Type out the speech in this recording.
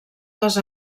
les